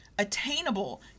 attainable